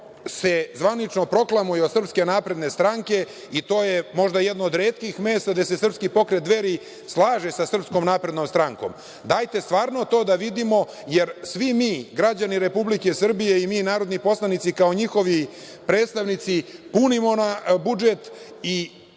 se zvanično proklamuje od SNS i to je možda jedno od retkih mesta gde se Srpski pokret Dveri, slaže sa SNS. Dajte, stvarno to da vidimo, jer svi mi, građani Republike Srbije i mi narodni poslanici, kao njihovi predstavnici, punimo budžet i